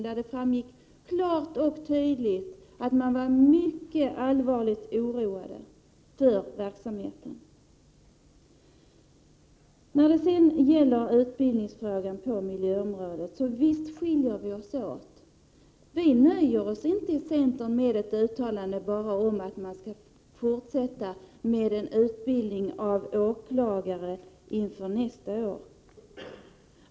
Då framgick det klart och tydligt att man verkligen var allvarligt oroad över förhållandena på detta verksamhetsområde. Sedan något om utbildningen på miljöområdet. Visst skiljer vi oss åt här! Vi i centern nöjer oss inte med att enbart göra uttalanden om att det behövs en fortsatt utbildning av åklagare inför nästa år. Det går alltså inte att bara Prot.